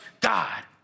God